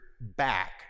back